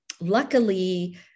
luckily